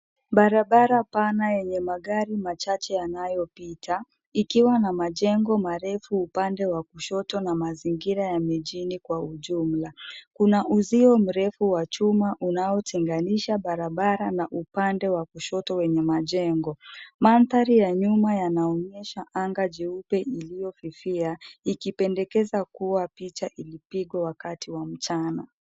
Barabara pana yenye magari machache yanayopita ikiwa na majengo marefu upande wa kushoto na mazingira ya mijini kwa ujumla. Kuna uzio mrefu wa chuma unaotenganisha barabara na upande wa kushoto wenye majengo. Mandhari ya nyuma yanaonyesha anga jeupe iliyofifia ikipendekeza kuwa picha ilipigwa wakati wa mchana.